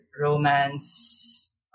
romance